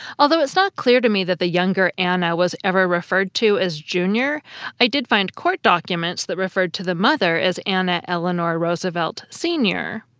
although it's not clear to me that the younger anna was ever referred to as yeah i did find court documents that referred to the mother as anna eleanor roosevelt sr.